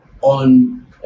on